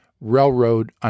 Railroad